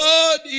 God